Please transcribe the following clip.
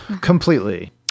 Completely